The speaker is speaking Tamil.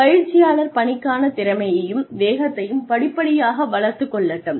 பயிற்சியாளர் பணிக்கான திறமையையும் வேகத்தையும் படிப்படியாக வளர்த்துக் கொள்ளட்டும்